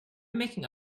making